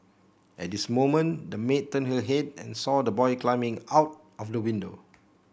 at this moment the maid turned her head and saw the boy climbing out of the window